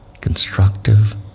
constructive